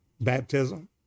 baptism